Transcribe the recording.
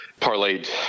parlayed